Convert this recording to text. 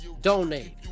Donate